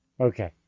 Okay